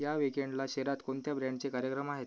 या वीकेंडला शहरात कोणत्या ब्रँडचे कार्यक्रम आहेत